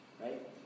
Right